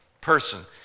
Person